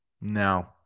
No